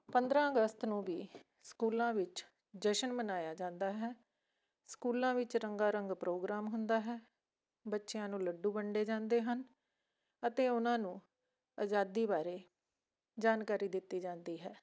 ਪੰਦਰਾਂ ਅਗਸਤ ਨੂੰ ਵੀ ਸਕੂਲਾਂ ਵਿੱਚ ਜਸ਼ਨ ਮਨਾਇਆ ਜਾਂਦਾ ਹੈ ਸਕੂਲਾਂ ਵਿੱਚ ਰੰਗਾ ਰੰਗ ਪ੍ਰੋਗਰਾਮ ਹੁੰਦਾ ਹੈ ਬੱਚਿਆਂ ਨੂੰ ਲੱਡੂ ਵੰਡੇ ਜਾਂਦੇ ਹਨ ਅਤੇ ਉਹਨਾਂ ਨੂੰ ਆਜ਼ਾਦੀ ਬਾਰੇ ਜਾਣਕਾਰੀ ਦਿੱਤੀ ਜਾਂਦੀ ਹੈ